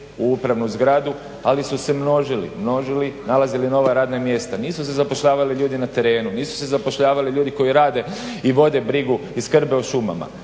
u upravnu zgradu, ali su se množili, množili, nalazili nova radna mjesta. Nisu se zapošljavali ljudi na terenu, nisu se zapošljavali ljudi koji rade i vode brigu i skrbe o šumama